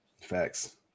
facts